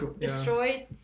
destroyed